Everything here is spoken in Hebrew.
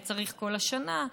וצריך כל השנה.